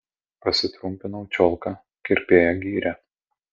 pasitrumpinau čiolką kirpėja gyrė